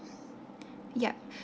yup